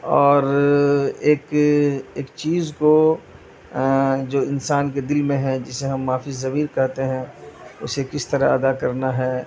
اور ایک ایک چیز کو جو انسان کے دل میں ہیں جسے ہم ما فی الضمیر کہتے ہیں اسے کس طرح ادا کرنا ہے